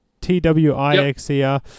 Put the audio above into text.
T-W-I-X-E-R